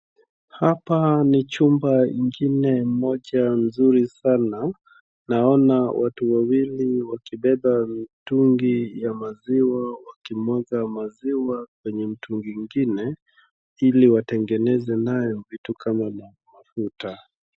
Hapa ni chumba ingine moja nzuri sana. Naona watu wawili wakibeba mitungi ya maziwa wakimwaga maziwa kwenye mitungi ingine ili watengeneze nayo vitu kama mafuta.